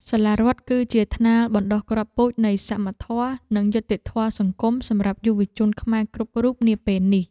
សាលារដ្ឋគឺជាថ្នាលបណ្តុះគ្រាប់ពូជនៃសមធម៌និងយុត្តិធម៌សង្គមសម្រាប់យុវជនខ្មែរគ្រប់រូបនាពេលនេះ។